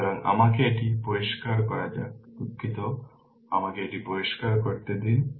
সুতরাং আমাকে এটি পরিষ্কার করা যাক দুঃখিত আমাকে এটি পরিষ্কার করতে দিন